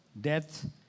death